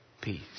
Peace